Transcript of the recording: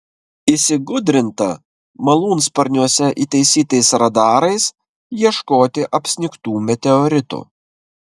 įsigudrinta malūnsparniuose įtaisytais radarais ieškoti apsnigtų meteoritų